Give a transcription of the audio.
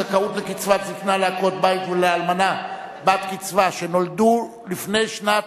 זכאות לקצבת זיקנה לעקרת-בית ולאלמנה בת-קצבה שנולדו לפני שנת